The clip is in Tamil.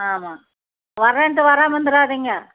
ஆமாம் வரன்ட்டு வராமல் இருந்துறாதீங்க